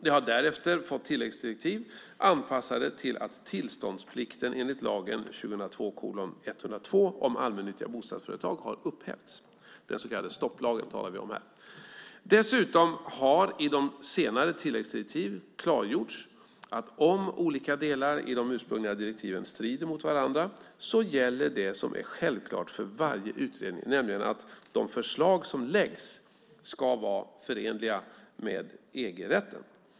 Den har därefter fått tilläggsdirektiv anpassade till att tillståndsplikten enligt lagen om allmännyttiga bostadsföretag har upphävts. Vi talar här om den så kallade stopplagen. Dessutom har i senare tilläggsdirektiv klargjorts att om olika delar i de ursprungliga direktiven strider mot varandra så gäller det som är självklart för varje utredning, nämligen att de förslag som läggs fram ska vara förenliga med EG-rätten.